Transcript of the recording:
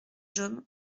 jaume